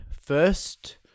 first